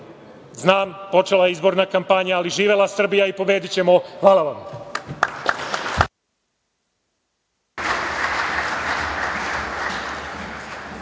Znam, počela je izborna kampanja, ali - Živela Srbija, pobedićemo! Hvala vam.